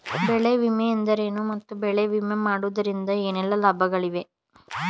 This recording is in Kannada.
ಬೆಳೆ ವಿಮೆ ಎಂದರೇನು ಮತ್ತು ಬೆಳೆ ವಿಮೆ ಮಾಡಿಸುವುದರಿಂದ ಏನೆಲ್ಲಾ ಲಾಭಗಳಿವೆ?